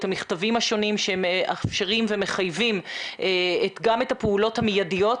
את המכתבים השונים שמחייבים גם את הפעולות המיידיות,